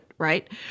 Right